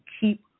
keep